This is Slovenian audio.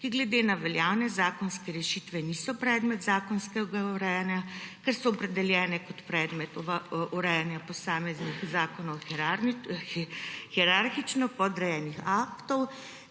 ki glede na veljavne zakonske rešitve niso predmet zakonskega urejanja, ker so opredeljene kot predmet urejanja posameznih zakonu hierarhično podrejenih aktov,